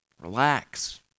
Relax